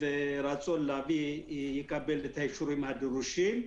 ורצון להביא יקבל את האישורים הדרושים,